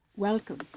Welcome